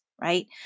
right